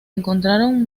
encontraron